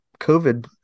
COVID